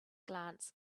glance